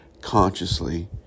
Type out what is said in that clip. consciously